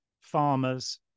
farmers